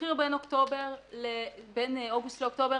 המחיר בין אוגוסט לאוקטובר